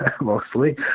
mostly